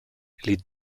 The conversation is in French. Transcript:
les